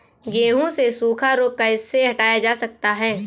गेहूँ से सूखा रोग कैसे हटाया जा सकता है?